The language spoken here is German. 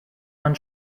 man